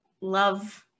love